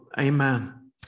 Amen